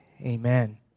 Amen